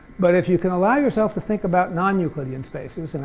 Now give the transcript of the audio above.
but if you can allow yourself to think about non-euclidean spaces,